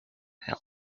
help